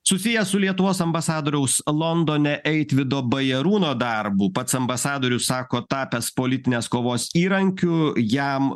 susijęs su lietuvos ambasadoriaus londone eitvydo bajarūno darbu pats ambasadorius sako tapęs politinės kovos įrankiu jam